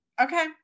okay